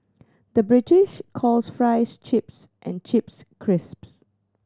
the British calls fries chips and chips crisps